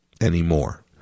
anymore